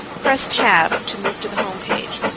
press tab to move to the home page.